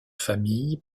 famille